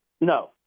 No